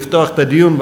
לפתוח את הדיון.